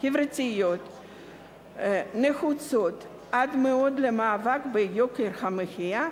חברתיות נחוצות עד מאוד ולמאבק ביוקר המחיה,